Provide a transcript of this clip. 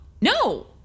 No